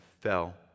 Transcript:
fell